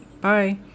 Bye